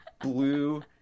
blue